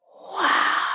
wow